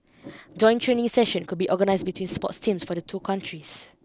joint training sessions could be organised between sports teams from the two countries